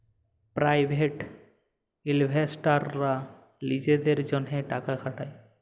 private ইলভেস্টাররা লিজেদের জ্যনহে টাকা খাটায়